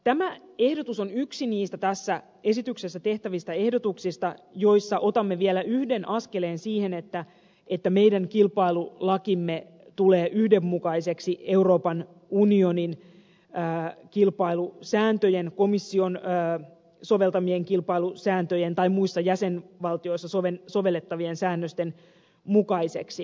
tämä ehdotus on yksi niistä tässä esityksessä tehtävistä ehdotuksista jossa otamme vielä yhden askeleen siinä että meidän kilpailulakimme tulee yhdenmukaiseksi euroopan unionin kilpailusääntöjen komission soveltamien kilpailusääntöjen tai muissa jäsenvaltioissa sovellettavien säännösten kanssa